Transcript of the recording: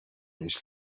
بهش